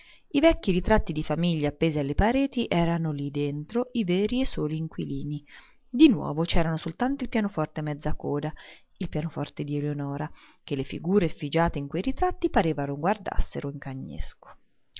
i vecchi ritratti di famiglia appesi alle pareti erano là dentro i veri e soli inquilini di nuovo c'era soltanto il pianoforte a mezzacoda il pianoforte d'eleonora che le figure effigiate in quei ritratti pareva guardassero in cagnesco